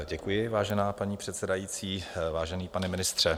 Děkuji, vážená paní předsedající, vážený pane ministře.